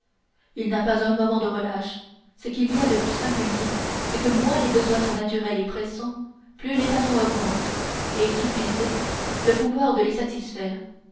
il n'a pas un moment de relâche ce qu'il y a de plus singulier c'est que moins les besoins sont naturels et pressants plus les passions augmentent et qui pis est le pouvoir de les satisfaire